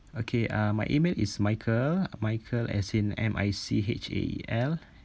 okay uh my email is michael michael as in M I C H A E L